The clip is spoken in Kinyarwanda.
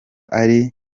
ari